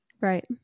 Right